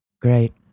Great